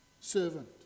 Servant